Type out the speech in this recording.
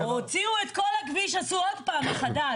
הוציאו את כל הכביש, עשו עוד פעם מחדש.